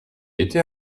étais